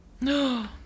No